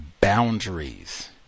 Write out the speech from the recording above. boundaries